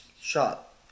shot